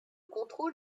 contrôle